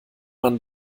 man